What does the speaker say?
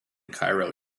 cairo